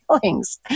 feelings